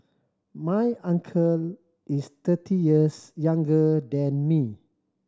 my uncle is thirty years younger than me